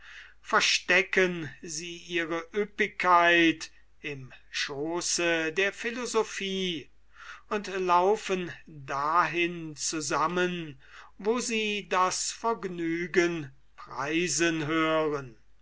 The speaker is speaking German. verstecken sie ihre ueppigkeit im schooße der philosophie und laufen dahin zusammen wo sie das vergnügen preisen hören